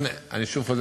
אני מודה מאוד לאדוני.